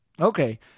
Okay